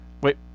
Wait